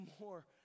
more